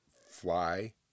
fly